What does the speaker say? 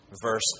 Verse